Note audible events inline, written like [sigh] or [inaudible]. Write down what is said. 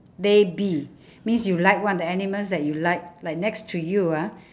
they be [breath] means you like what one of the animals that you like like next to you ah